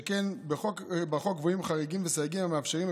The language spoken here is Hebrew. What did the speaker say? שכן בחוק קבועים חריגים וסייגים המאפשרים,